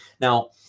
Now